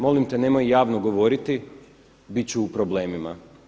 Molim te nemoj javno govoriti bit ću u problemima.